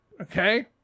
Okay